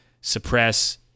suppress